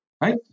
Right